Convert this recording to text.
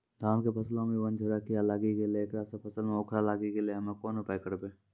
धान के फसलो मे बनझोरा कीड़ा लागी गैलै ऐकरा से फसल मे उखरा लागी गैलै हम्मे कोन उपाय करबै?